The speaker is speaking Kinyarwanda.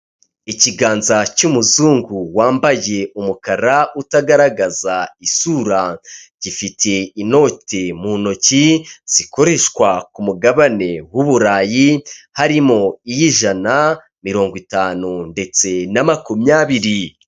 Ikiganza cy'umuzungu wambaye umukara utagaragaza isura, gifite inoti mu ntoki zikoreshwa ku mugabane w'uburayi harimo iy'ijana, mirongo itanu ndetse na makumyabiri.